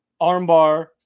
armbar